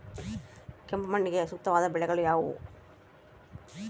ಕೆಂಪು ಮಣ್ಣಿಗೆ ಸೂಕ್ತವಾದ ಬೆಳೆಗಳು ಯಾವುವು?